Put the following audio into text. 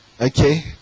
okay